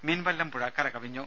മീൻവല്ലം പുഴ കരകവിഞ്ഞു